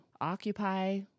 occupy